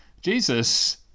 Jesus